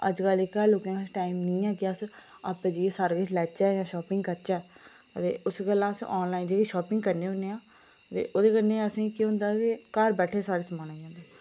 अजकल जेह्का लोकें कच्छ टाइम नि ऐ कि अस आप्पे जाइयै सारा किश लैचै जां शापिंग करचै हां ते उस गल्ला अस आनलाइन जेह्ड़ी शापिंग करने होन्ने आं ते ओह्दे कन्नै असें केह् होंदा के घर बैठे दे सारा समान आई जंदा